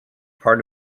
part